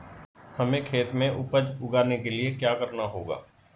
हमें खेत में उपज उगाने के लिये क्या करना होगा?